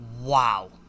wow